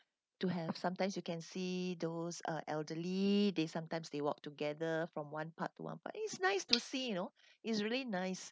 to have sometimes you can see those uh elderly they sometimes they walk together from one park to one park it's nice to see you know it's really nice